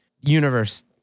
universe